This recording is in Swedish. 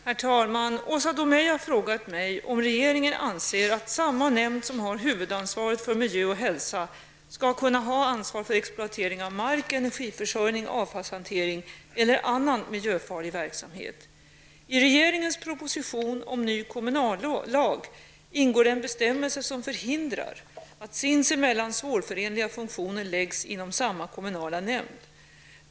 Herr talman! Åsa Domeij har frågat mig om regeringen anser att samma nämnd som har huvudansvaret för miljö och hälsa skall kunna ha ansvar för exploatering av mark, energiförsörjning, avfallshantering eller annan miljöfarlig verksamhet. I regeringens proposition om ny kommunallag ingår en bestämmelse som förhindrar att sinsemellan svårförenliga funktioner läggs inom samma kommunala nämnd.